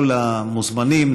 כל המוזמנים,